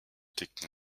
dicken